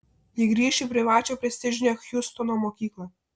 ji grįš į privačią prestižinę hjustono mokyklą